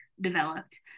developed